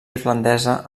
irlandesa